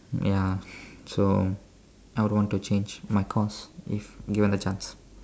ya so I would want to change my course if given the chance